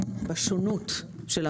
והשונות של הריבית,